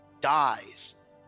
dies